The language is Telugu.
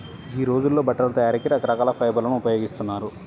యీ రోజుల్లో బట్టల తయారీకి రకరకాల ఫైబర్లను ఉపయోగిస్తున్నారు